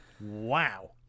Wow